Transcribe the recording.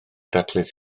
daclus